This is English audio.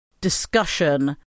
discussion